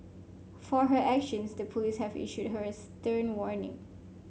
for her actions the police have issued her a stern warning